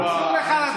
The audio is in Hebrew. חבר הכנסת משה אבוטבול,